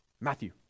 Matthew